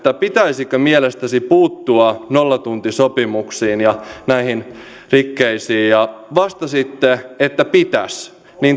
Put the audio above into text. pitäisikö mielestänne puuttua nollatuntisopimuksiin ja näihin rikkeisiin vastasitte että pitäisi